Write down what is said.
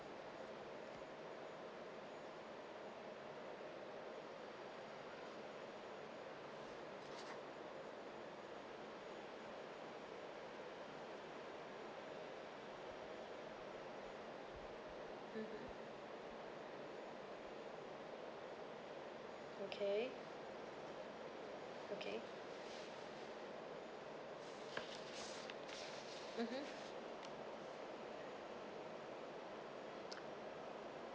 mmhmm okay okay mmhmm